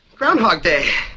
groundhog day!